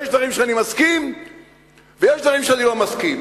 יש דברים שאני מסכים ויש דברים שאני לא מסכים.